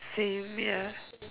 saviour